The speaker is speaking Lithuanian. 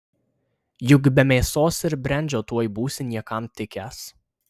juk be mėsos ir brendžio tuoj būsi niekam tikęs